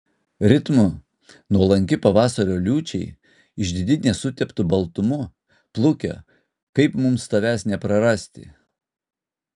ritmu nuolanki pavasario liūčiai išdidi nesuteptu baltumu pluke kaip mums tavęs neprarasti